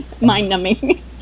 mind-numbing